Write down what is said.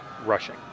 Rushing